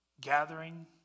gathering